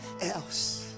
else